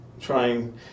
trying